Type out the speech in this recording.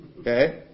Okay